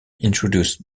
introduced